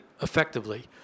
effectively